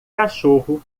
cachorro